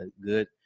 good